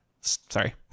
sorry